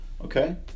Okay